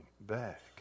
back